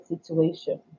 situation